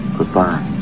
Goodbye